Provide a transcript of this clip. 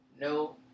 No